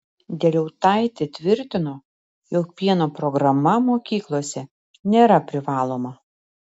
dieliautaitė tvirtino jog pieno programa mokyklose nėra privaloma